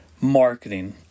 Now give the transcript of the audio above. marketing